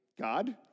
God